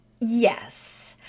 Yes